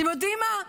אתם יודעים מה?